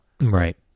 Right